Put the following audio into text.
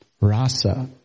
Rasa